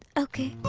ok.